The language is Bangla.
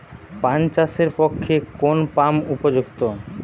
পান চাষের পক্ষে কোন পাম্প উপযুক্ত?